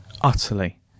utterly